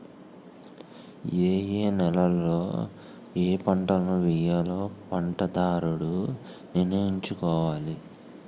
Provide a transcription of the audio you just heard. ఏయే నేలలలో ఏపంటలను వేయాలో పంటదారుడు నిర్ణయించుకోవాలి